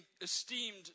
esteemed